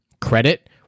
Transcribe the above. credit